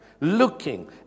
looking